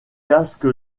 casque